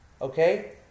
okay